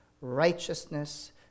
righteousness